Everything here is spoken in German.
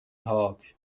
haag